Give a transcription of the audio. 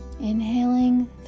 Inhaling